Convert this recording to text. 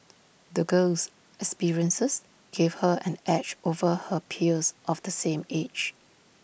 the girl's experiences gave her an edge over her peers of the same age